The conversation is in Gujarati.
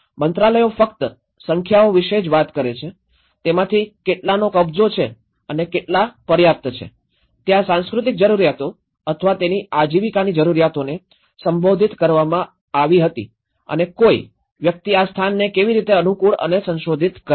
મંત્રાલયો ફક્ત સંખ્યાઓ વિશે જ વાત કરે છે તેમાંથી કેટલાનો કબજો છે અને કેટલા પર્યાપ્ત છે ત્યાં સાંસ્કૃતિક જરૂરિયાતો અથવા તેની આજીવિકાની જરૂરિયાતોને સંબોધિત કરવામાં આવી હતી અને કોઈ વ્યક્તિ આ સ્થાનોને કેવી રીતે અનુકૂળ અને સંશોધિત કરે છે